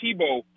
Tebow